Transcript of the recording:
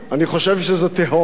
אני חושב שזה תהום.